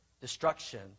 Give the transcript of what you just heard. destruction